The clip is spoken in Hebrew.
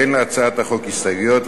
אין להצעת החוק הסתייגויות,